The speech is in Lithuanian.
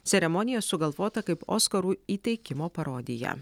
ceremonija sugalvota kaip oskarų įteikimo parodija